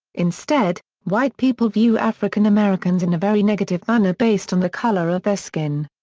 instead, white people view african americans in a very negative manner based on the color of their skin.